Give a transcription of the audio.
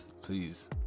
Please